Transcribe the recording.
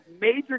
major